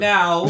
Now